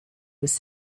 was